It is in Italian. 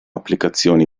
applicazioni